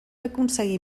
aconseguir